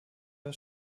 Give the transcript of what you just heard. der